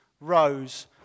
rose